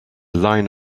line